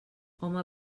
home